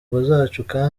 dushaka